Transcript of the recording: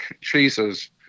cheeses